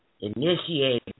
initiated